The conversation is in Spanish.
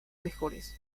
mejores